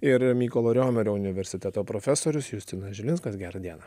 ir mykolo riomerio universiteto profesorius justinas žilinskas gerą dieną